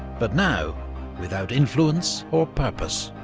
but now without influence or purpose.